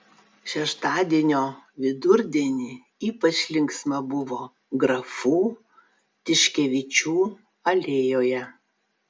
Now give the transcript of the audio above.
šeštadienio vidurdienį ypač linksma buvo grafų tiškevičių alėjoje